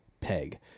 peg